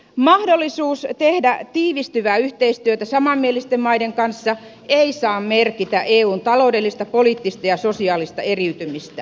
mahdollisuus tehdä tiivistyvää yhteistyötä samanmielisten maiden kanssa ei saa merkitä eun taloudellista poliittista ja sosiaalista eriytymistä